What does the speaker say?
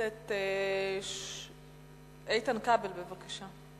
הכנסת איתן כבל, בבקשה.